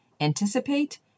anticipate